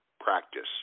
practice